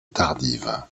tardive